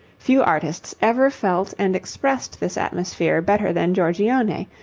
few artists ever felt and expressed this atmosphere better than giorgione,